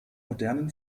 modernen